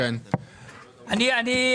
אני לא